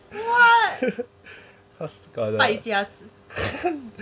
[what] 败家子